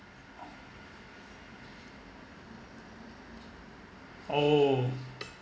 oh